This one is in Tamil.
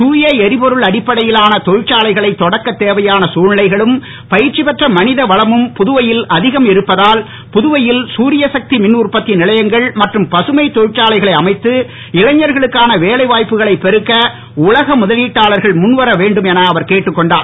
தூய எரிபொருள் அடிப்படையிலான தொழிற்சாலைகளை தொடக்க தேவையான தழ்நிலைகளும் பயிற்சி பெற்ற மனித வளமும் புதுவையில் அதிகம் இருப்பதால் புதுவையில் தரிய சக்தி மின்உற்பத்தி நிலையங்கள் மற்றும் பசுமை தொழிற்சாலைகளை அமைத்து இளைஞர்களுக்கான வேலைவாய்ப்புகளை பெருக்க உலக முதலீட்டாளர்கள் முன்வரவேண்டும் என அவர் கேட்டுக் கொண்டார்